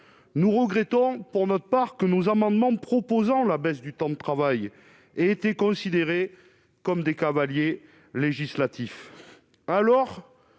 nous regrettons pour notre part que nos amendements proposant la baisse du temps de travail et étaient considérés comme des cavaliers législatifs,